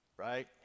Right